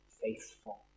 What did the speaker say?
faithful